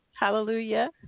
Hallelujah